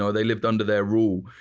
so they lived under their rule.